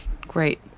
Great